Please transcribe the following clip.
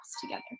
together